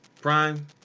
Prime